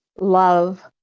love